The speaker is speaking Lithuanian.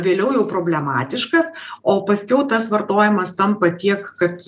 vėliau jau problematiškas o paskiau tas vartojimas tampa tiek kad